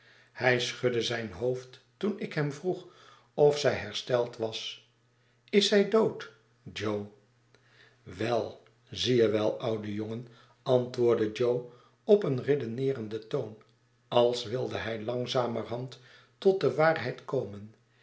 hij schudde zijn hoofd toen ik hem vroeg of zij hersteld was iszijdood jo wel zie je wel oude jongen antwoordde jo op een redeneerenden toon als wilde hij langzamerhand tot de waarheid komen